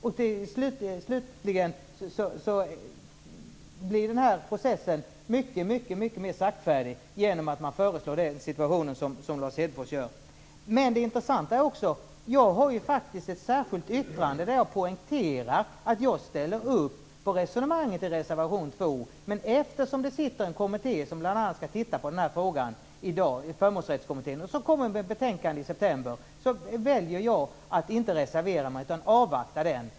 Slutligen blir den här processen mycket mer saktfärdig genom att man föreslår det som Lars Hedfors gör. Det intressanta är också att jag i ett särskilt yttrande poängterat att jag ställer upp på resonemanget i reservation 2. Eftersom det i dag sitter en kommitté som bl.a. skall titta på den här frågan, Förmånsrättskommittén, som kommer med ett betänkande i september, väljer jag att inte reservera mig utan avvaktar den.